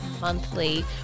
monthly